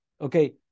okay